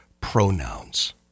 pronouns